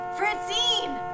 Francine